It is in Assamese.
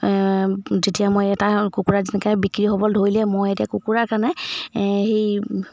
যেতিয়া মই এটা কুকুৰা যেনেকৈ বিক্ৰী হ'বলৈ ধৰিলে মই এতিয়া কুকুৰাৰ কাৰণে সেই